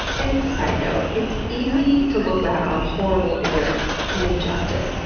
and side note it's easy to look back on horrible ignorance, and injustice,